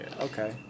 Okay